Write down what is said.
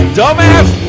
dumbass